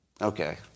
Okay